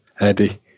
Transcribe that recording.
Eddie